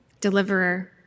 deliverer